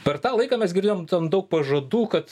per tą laiką mes girdėjom ten daug pažadų kad